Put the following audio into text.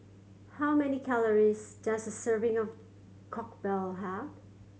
how many calories does a serving of have